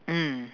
mm